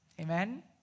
Amen